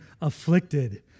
afflicted